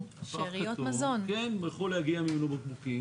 פח כתום, הוא יכול להגיע אם יהיו לו בקבוקים.